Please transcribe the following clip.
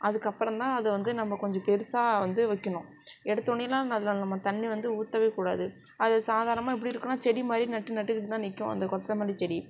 அதுக்கப்புறம் தான் அதை வந்து நம்ம கொஞ்சம் பெருசாக வந்து வைக்கணும் எடுத்தோடனேலாம் அதில் நம்ம தண்ணி வந்து ஊற்றவே கூடாது அது சாதாரணமாக எப்படி இருக்கும்னால் செடி மாதிரி நட்டு நட்டுக்கிட்டுதான் நிற்கும் அந்த கொத்தமல்லி செடி